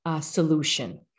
solution